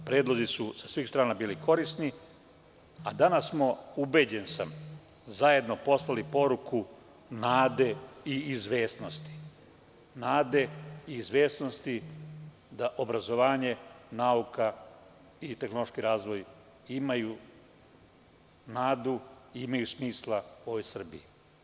Predlozi su sa svih strana bili korisni, a danas smo, ubeđen sam, zajedno poslali poruku nade i izvesnosti da obrazovanje, nauka i tehnološki razvoj imaju nadu i imaju smisla u Srbiji.